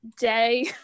day